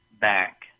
back